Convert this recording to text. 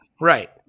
right